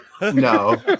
No